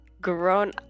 grown